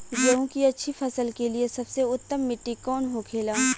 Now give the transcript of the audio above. गेहूँ की अच्छी फसल के लिए सबसे उत्तम मिट्टी कौन होखे ला?